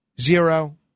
Zero